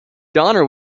donner